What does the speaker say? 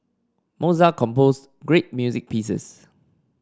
Mozart composed great music pieces